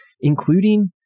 including